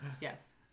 Yes